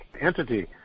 entity